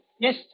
Yes